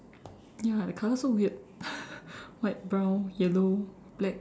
ya the color so weird white brown yellow black